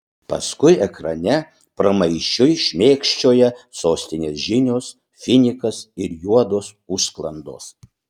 paskui ekrane pramaišiui šmėkščioja sostinės žinios finikas ir juodos užsklandos